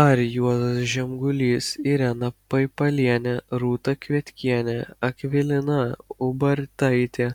ar juozas žemgulys irena paipalienė rūta kvietkienė akvilina ubartaitė